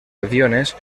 aviones